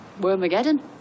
Wormageddon